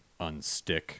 unstick